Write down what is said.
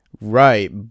Right